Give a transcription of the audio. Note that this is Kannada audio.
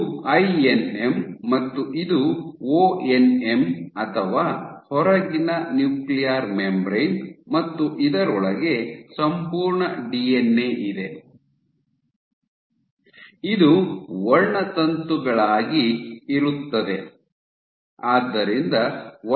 ಇದು ಐಎನ್ಎಂ ಮತ್ತು ಇದು ಒಎನ್ಎಂ ಅಥವಾ ಹೊರಗಿನ ನ್ಯೂಕ್ಲಿಯರ್ ಮೆಂಬರೇನ್ ಮತ್ತು ಇದರೊಳಗೆ ಸಂಪೂರ್ಣ ಡಿಎನ್ಎ ಇದೆ ಇದು ವರ್ಣತಂತುಗಳಾಗಿ ಇರುತ್ತದೆ